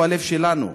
איפה הלב שלנו?